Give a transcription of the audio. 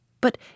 But